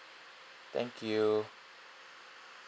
thank you